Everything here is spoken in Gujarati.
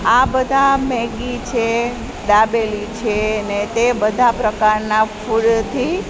આ બધા મેગી છે દાબેલી છે ને તે બધા પ્રકારનાં ફૂડથી